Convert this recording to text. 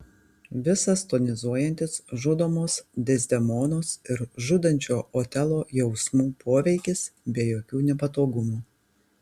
visas tonizuojantis žudomos dezdemonos ir žudančio otelo jausmų poveikis be jokių nepatogumų